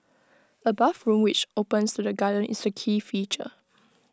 A bathroom which opens to the garden is the key feature